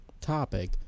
topic